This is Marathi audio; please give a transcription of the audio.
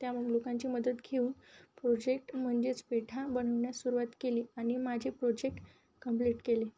त्या लोकांची मदत घेऊन प्रोजेक्ट म्हणजेच पेठा बनवण्यास सुरुवात केली आणि माझी प्रोजेक्ट कंप्लीट केले